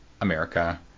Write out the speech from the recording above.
America